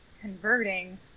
converting